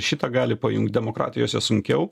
šitą gali pajungt demokratijose sunkiau